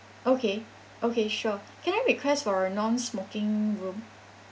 okay okay sure can I request for a non-smoking room